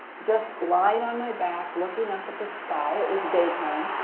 just lying on my back looking up at the sky, it was daytime.